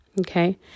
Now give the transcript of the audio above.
Okay